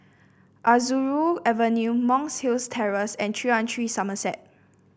Aroozoo Avenue Monk's Hill Terrace and three one three Somerset